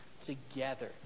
together